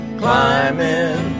climbing